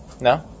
No